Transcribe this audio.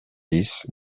dix